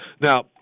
Now